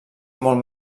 molt